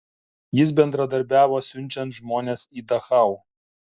jis bendradarbiavo siunčiant žmones į dachau